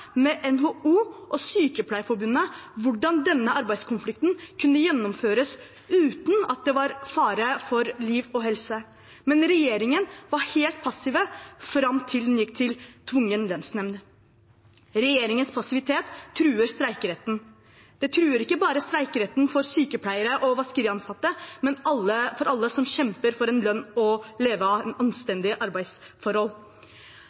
med NHO og Sykepleierforbundet hvordan denne arbeidskonflikten kunne gjennomføres uten at det var fare for liv og helse, men regjeringen var helt passiv fram til den gikk til tvungen lønnsnemnd. Regjeringens passivitet truer streikeretten. Det truer ikke bare streikeretten for sykepleiere og vaskeriansatte, men for alle som kjemper for en lønn å leve av